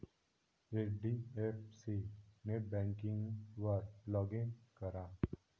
HDFC नेटबँकिंगवर log in करा